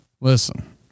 Listen